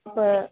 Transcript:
प